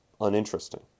uninteresting